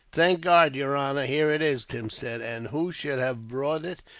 thank god, yer honor, here it is, tim said and who should have brought it,